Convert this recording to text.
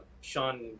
Sean